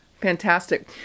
fantastic